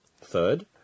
Third